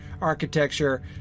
architecture